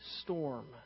storm